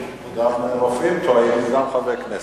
גם רופאים טועים, וגם חברי כנסת.